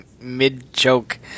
mid-choke